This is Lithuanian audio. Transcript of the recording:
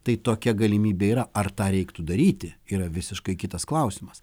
tai tokia galimybė yra ar tą reiktų daryti yra visiškai kitas klausimas